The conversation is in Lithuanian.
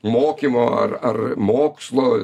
mokymo ar ar mokslo